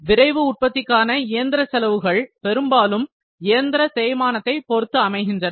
விரைவு உற்பத்திக்கான இயந்திர செலவுகள் பெரும்பாலும் இயந்திர தேய்மானத்தை பொறுத்து அமைகின்றன